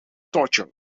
torture